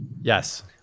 Yes